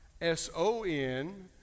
S-O-N